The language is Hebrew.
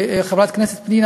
חברת הכנסת פנינה,